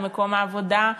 על מקום העבודה,